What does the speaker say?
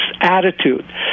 attitude